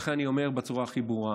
לכן אני אומר בצורה הכי ברורה: